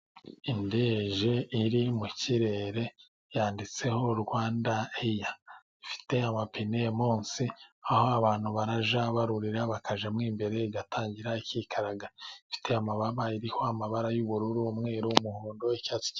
Indege iri mu kirere yanditseho Rwanda eya ifite amapine munsi aho abantu barajya burira bakajyamo imbere igatangira ikikaraga, ifite amababa iriho amabara y'ubururu, umweru, umuhondo icyatsi kibisi.